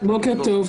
בוקר טוב.